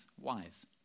wise